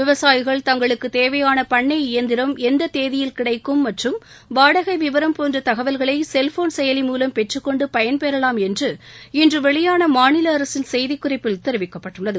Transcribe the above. விவசாயிகள் தங்களுக்கு தேவையான பண்ணை இயந்திரம் எந்த தேதியில் கிடைக்கும் மற்றம் வாடகை விவரம் போன்ற தகவல்களை செல்போன் செயலி மூலம் பெற்றுக்கொண்டு பயன்பெறலாம் என்று இன்று வெளியான மாநில தெரிவிக்கப்பட்டுள்ளது